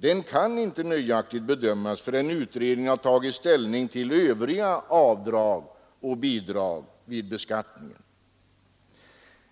Den kan inte nöjaktigt bedömas förrän utredningen har tagit ställning till övriga avdrag och bidrag vid beskattningen.